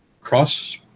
cross